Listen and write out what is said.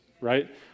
right